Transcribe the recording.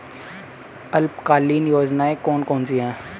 अल्पकालीन योजनाएं कौन कौन सी हैं?